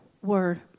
word